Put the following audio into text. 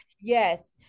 Yes